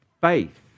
faith